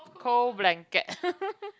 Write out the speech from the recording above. cold blanket